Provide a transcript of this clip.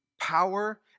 power